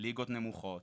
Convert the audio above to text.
ליגות נמוכות.